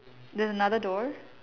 there is a another door